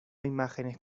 imágenes